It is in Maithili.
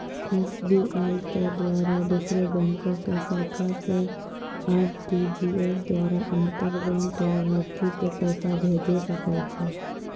एस.बी.आई के द्वारा दोसरो बैंको के शाखा से आर.टी.जी.एस द्वारा अंतर बैंक लाभार्थी के पैसा भेजै सकै छै